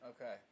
Okay